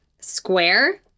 square